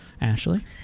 Ashley